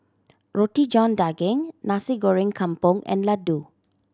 Roti John Daging Nasi Goreng Kampung and laddu